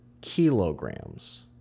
kilograms